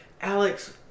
Alex